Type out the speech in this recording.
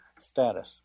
status